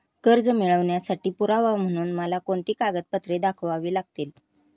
कर्ज मिळवण्यासाठी पुरावा म्हणून मला कोणती कागदपत्रे दाखवावी लागतील?